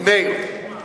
מי שהיה שר הפנים,